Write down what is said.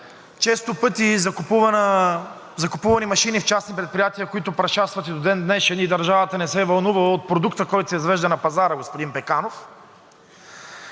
често пъти закупувани машини в частни предприятия, които прашлясват и до ден днешен и държавата не се вълнува от продукта, който се извежда на пазара, господин Пеканов.